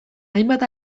hainbat